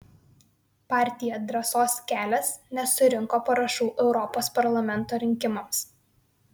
partija drąsos kelias nesurinko parašų europos parlamento rinkimams